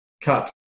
cut